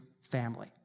family